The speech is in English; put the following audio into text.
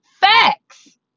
Facts